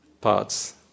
parts